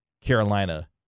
Carolina